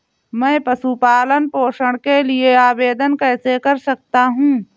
मैं पशु पालन पोषण के लिए आवेदन कैसे कर सकता हूँ?